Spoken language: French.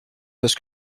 parce